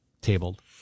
tabled